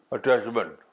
Attachment